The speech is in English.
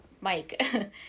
Mike